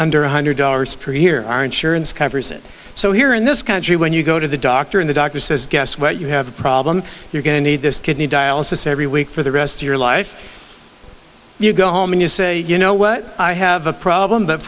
under one hundred dollars per year our insurance covers it so here in this country when you go to the doctor in the doctor says guess what you have a problem you're going to need this kidney dialysis every week for the rest of your life you go home and you say you know what i have a problem but